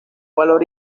valor